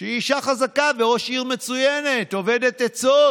שהיא אישה חזקה וראש עיר מצוינת, אובדת עצות